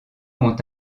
ont